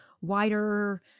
wider